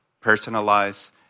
personalize